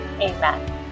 Amen